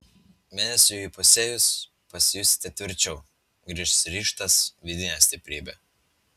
mėnesiui įpusėjus pasijusite tvirčiau grįš ryžtas vidinė stiprybė